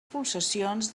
pulsacions